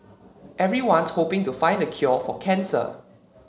everyone's hoping to find the cure for cancer